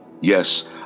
Yes